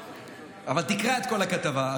אבל תקרא את כל הכתבה.